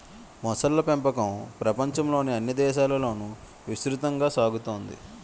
మొసళ్ళ పెంపకం ప్రపంచంలోని అన్ని దేశాలలోనూ విస్తృతంగా సాగుతోంది